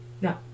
No